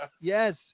Yes